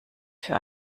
für